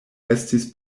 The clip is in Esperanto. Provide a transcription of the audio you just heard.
estis